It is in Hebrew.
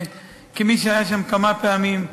כמי שהיה שם כמה פעמים,